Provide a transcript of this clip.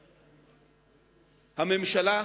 הממשלה,